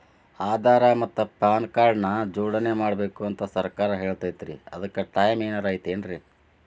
ಆಧಾರ ಮತ್ತ PAN card ನ ಜೋಡಣೆ ಮಾಡ್ಬೇಕು ಅಂತಾ ಸರ್ಕಾರ ಹೇಳೈತ್ರಿ ಅದ್ಕ ಟೈಮ್ ಏನಾರ ಐತೇನ್ರೇ?